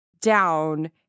down